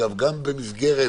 גם במסגרת